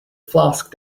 flask